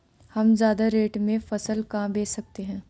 हम ज्यादा रेट में फसल कहाँ बेच सकते हैं?